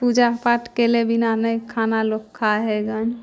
पूजापाठ कएले बिना नहि खाना लोक खाइ हइ गन